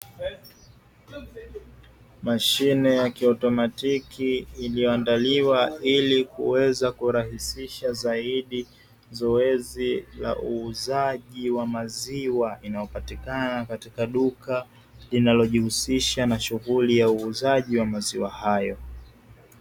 Mashine ya kiautomatiki iliyoandaliwa ili kuweza kurahisisha zaidi zoezi la uuzaji wa maziwa, inayopatikana katika duka linalojihusisha na shughuli ya uuzaji wa maziwa hayo.